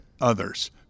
others